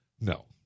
No